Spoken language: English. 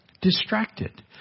distracted